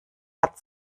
hat